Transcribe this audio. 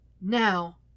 Now